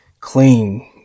clean